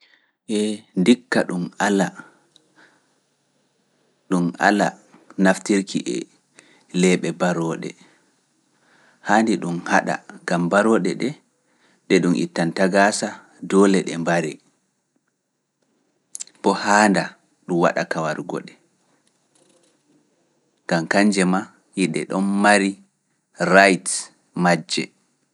Ee ndikka ɗum ala naftirki e leeɓe barooɗe, haandi ɗum haɗa, gam barooɗe ɗe ɗe ɗum ittanta gaasa doole ɗe mbario haanda ɗum waɗa ka warugo ɗe, gam kanje maa ede ɗon mari right majje.